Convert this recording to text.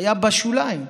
היה בשוליים.